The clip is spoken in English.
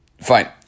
Fine